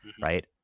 right